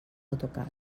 autocar